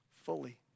fully